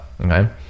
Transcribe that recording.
Okay